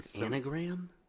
Anagram